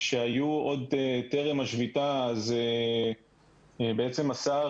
שהיו עוד טרם השביתה אז בעצם השר,